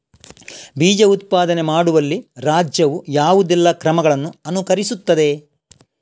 ಬೀಜ ಉತ್ಪಾದನೆ ಮಾಡುವಲ್ಲಿ ರಾಜ್ಯವು ಯಾವುದೆಲ್ಲ ಕ್ರಮಗಳನ್ನು ಅನುಕರಿಸುತ್ತದೆ?